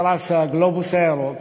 בפרס "הגלובוס הירוק",